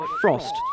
Frost